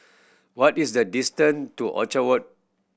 what is the distan to Orchard Boulevard